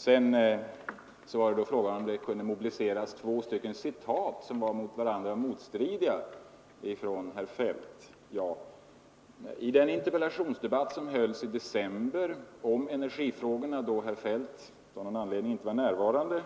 Sedan gällde det huruvida det kunde mobiliseras två citat från herr Feldt som var mot varandra motstridiga. Ja, i den interpellationsdebatt som hölls i december förra året om energifrågorna, då herr Feldt av någon anledning inte var närvarande,